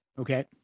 Okay